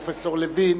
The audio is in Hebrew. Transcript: פרופסור לוין,